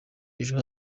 ejo